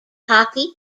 hockey